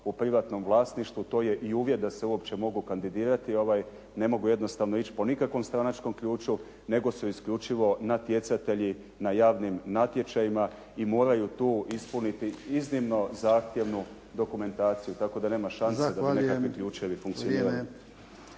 u privatnom vlasništvu to je i uvjet da se uopće mogu kandidirati, ne mogu jednostavno ići po nikakvom stranačkom ključu nego su isključivo natjecatelji na javnim natječajima i moraju tu ispuniti iznimno zahtjevnu dokumentaciju, tako da nema šanse da nikakvi ključevi funkcioniraju.